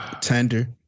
Tender